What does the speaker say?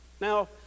Now